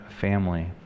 family